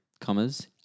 commas